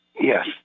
Yes